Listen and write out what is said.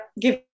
Give